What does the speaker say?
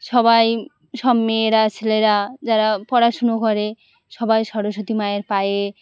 সবাই সব মেয়েরা ছেলেরা যারা পড়াশোনা করে সবাই সরস্বতী মায়ের পায়ে